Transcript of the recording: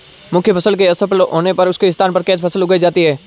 मुख्य फसल के असफल होने पर उसके स्थान पर कैच फसल उगाई जाती है